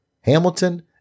Hamilton